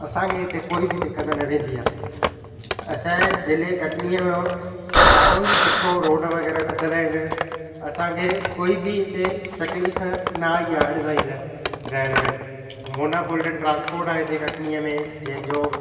असांखे हिते कोई बि दिक़तु न वेंदी आहे असांजे जिले कटनीअ जो ॾाढो ई सुठो रोड वग़ैरह ठहियल आहिनि असांखे कोई बि हिते तकलीफ़ न आई आहे अॼु ताईं त रहण में मोना गोल्डन ट्रांसपोर्ट आहे हिते कटनीअ में जंहिंजो